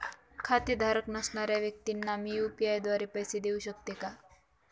खातेधारक नसणाऱ्या व्यक्तींना मी यू.पी.आय द्वारे पैसे देऊ शकतो का?